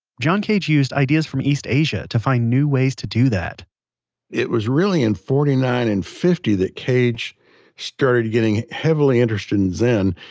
john cage used ideas from east asia to find new ways to do that it was really in forty nine and fifty that cage started getting heavily interested in zen.